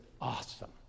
awesome